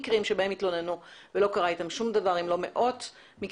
אם לא מאות,